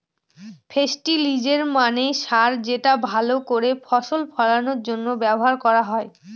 ফেস্টিলিজের মানে সার যেটা ভাল করে ফসল ফলানোর জন্য ব্যবহার করা হয়